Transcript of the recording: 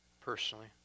personally